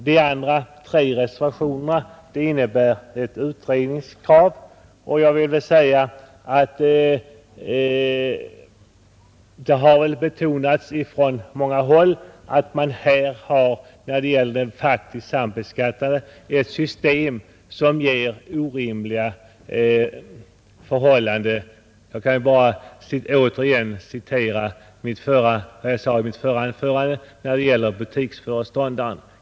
De övriga tre reservationerna innebär utredningskrav, och jag vill säga att det har betonats från många håll att vi när det gäller de faktiskt sambeskattade har ett system som ger orimliga förhållanden. Jag kan bara påminna om vad jag sade i mitt förra anförande om butiksföreståndaren.